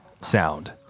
sound